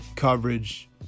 coverage